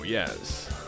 Yes